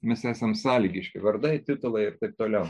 mes esam sąlygiški vardai titulai ir taip toliau